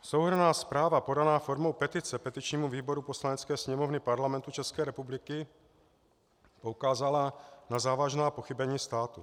Souhrnná zpráva podaná formou petice petičnímu výboru Poslanecké sněmovny Parlamentu České republiky poukázala na závažná pochybení státu.